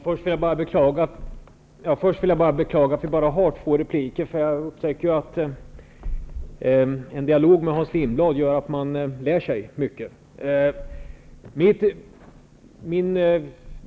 Herr talman! Först vill jag beklaga att vi har bara två repliker, för jag upptäcker ju att en dialog med Hans Lindblad gör att man lär sig mycket.